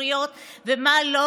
ספריות ומה לא,